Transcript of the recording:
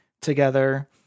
together